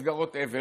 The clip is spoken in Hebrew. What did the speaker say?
מסגרות אבל.